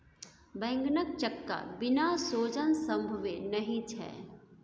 बैंगनक चक्का बिना सोजन संभवे नहि छै